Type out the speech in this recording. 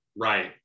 Right